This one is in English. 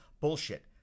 Bullshit